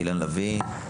אילן לביא.